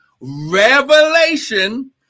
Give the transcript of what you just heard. revelation